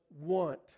want